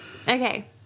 okay